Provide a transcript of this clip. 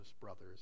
brothers